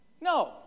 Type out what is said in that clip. No